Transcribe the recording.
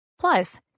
Plus